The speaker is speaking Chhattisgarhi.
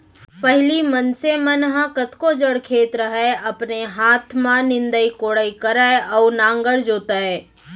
पहिली मनसे मन ह कतको जड़ खेत रहय अपने हाथ में निंदई कोड़ई करय अउ नांगर जोतय